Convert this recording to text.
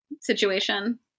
situation